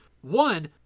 One